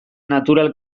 natural